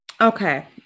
Okay